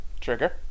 Trigger